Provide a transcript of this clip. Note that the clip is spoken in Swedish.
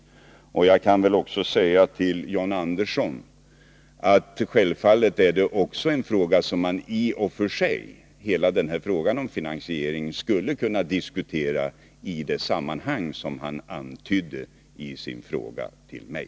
Till John Andersson kan jag väl också säga, att givetvis skulle man i och för sig kunna diskutera hela den här frågan om finansieringen i det sammanhang som han antydde i sin fråga till mig.